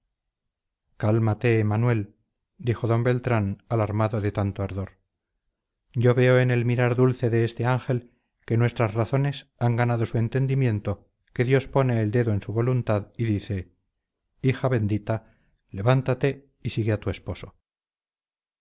tiene cálmate manuel dijo d beltrán alarmado de tanto ardor yo veo en el mirar dulce de este ángel que nuestras razones han ganado su entendimiento que dios pone el dedo en su voluntad y le dice hija bendita levántate y sigue a tu esposo